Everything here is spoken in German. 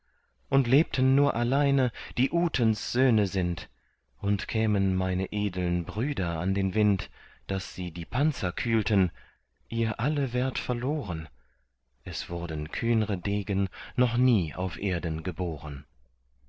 und lebten nur alleine die utens söhne sind und kämen meine edeln brüder an den wind daß sie die panzer kühlten ihr alle wärt verloren es wurden kühnre degen noch nie auf erden geboren